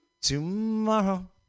tomorrow